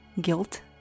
guilt